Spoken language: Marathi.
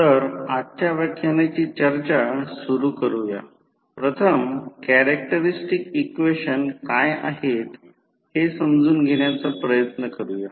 तर ही कमी व्होल्टेज बाजू येथे व्होल्टेज दर्शक आहे जे दोन 200 व्होल्ट आहे